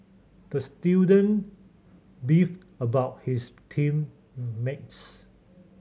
the student beefed about his team mates